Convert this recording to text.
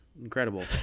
Incredible